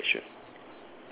okay alright sure